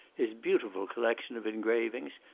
his beautiful collection of engravings,